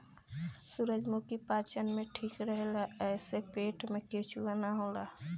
सूरजमुखी पाचन में ठीक रहेला एसे पेट में केचुआ ना होला